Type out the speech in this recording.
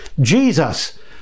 Jesus